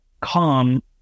calm